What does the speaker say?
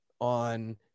on